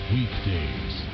Weekdays